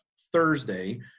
Thursday